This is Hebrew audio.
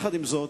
עם זאת,